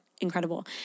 incredible